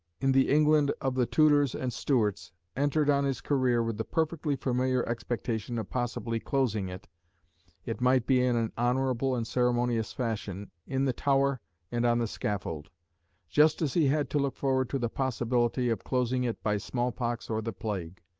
in the england of the tudors and stuarts, entered on his career with the perfectly familiar expectation of possibly closing it it might be in an honourable and ceremonious fashion, in the tower and on the scaffold just as he had to look forward to the possibility of closing it by small-pox or the plague.